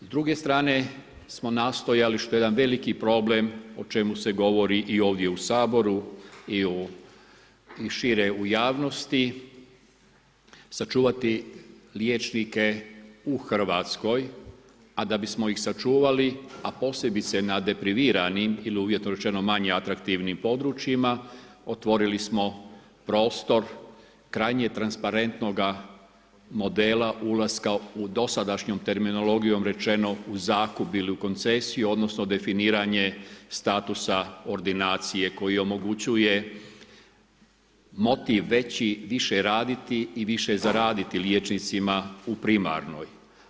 S druge strane smo nastojali, što je jedan veliki problem o čemu se govori i ovdje u Saboru i šire u javnosti, sačuvati liječnike u Hrvatskoj, a da bismo ih sačuvali, a posebice na depriviranim ili uvjetno rečeno manje atraktivnim područjima, otvorili smo prostor krajnje transparentnoga modela ulaska u dosadašnjom terminologijom rečeno u zakup ili koncesiju, odnosno definiranje statusa ordinacije koji omogućuje motiv veći više raditi i više zaraditi liječnicima u primarnoj.